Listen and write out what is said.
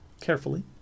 Carefully